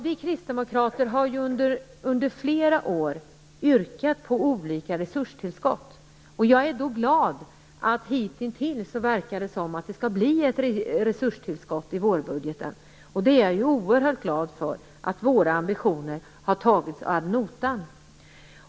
Vi kristdemokrater har ju under flera år yrkat på olika resurstillskott, och jag är glad att det hittills verkar som om det skall bli ett resurstillskott i vårbudgeten. Jag är oerhört glad för att våra ambitioner har tagits ad notam.